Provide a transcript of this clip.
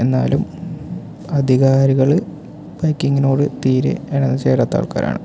എന്നാലും അധികാരികൾ ബൈക്കിങ്ങിനോട് തീരെ ഇണ ചേരാത്ത ആൾക്കാരാണ്